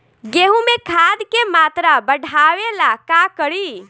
गेहूं में खाद के मात्रा बढ़ावेला का करी?